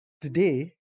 today